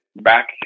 back